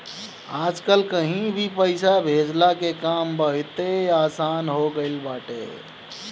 आजकल कहीं भी पईसा भेजला के काम बहुते आसन हो गईल बाटे